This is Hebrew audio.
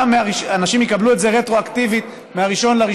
אנשים יקבלו את זה רטרואקטיבית מ-1 בינואר